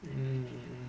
mm